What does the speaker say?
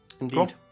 Indeed